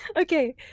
Okay